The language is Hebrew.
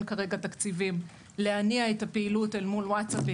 כרגע תקציבים להניע את הפעילות אל מול וואטסאפ,